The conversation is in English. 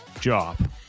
job